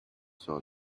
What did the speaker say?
saw